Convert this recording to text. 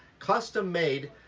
custom made.